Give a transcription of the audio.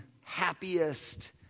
happiest